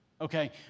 Okay